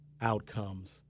outcomes